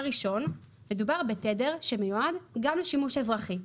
הראשון, מדובר בתדר שמיועד גם לשימוש אזרחי,